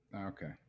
Okay